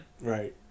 Right